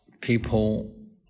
people